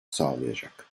sağlayacak